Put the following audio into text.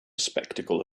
spectacle